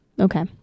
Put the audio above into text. okay